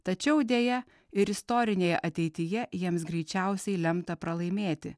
tačiau deja ir istorinėje ateityje jiems greičiausiai lemta pralaimėti